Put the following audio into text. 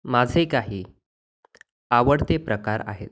माझे काही आवडते प्रकार आहेत